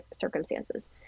circumstances